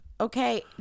Okay